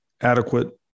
adequate